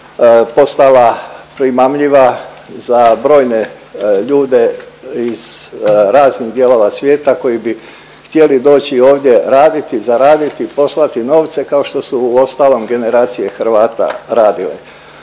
postala primamljiva za brojne ljude iz raznih dijelova svijeta koji bi htjeli doći ovdje raditi, zaraditi, poslati novce kao što su uostalom generacije Hrvata radile.